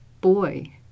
boy